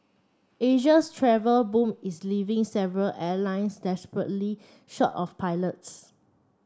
Asia's travel boom is leaving several airlines desperately short of pilots